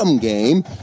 game